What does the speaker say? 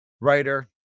writer